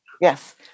Yes